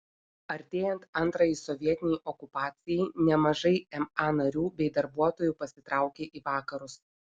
artėjant antrajai sovietinei okupacijai nemažai ma narių bei darbuotojų pasitraukė į vakarus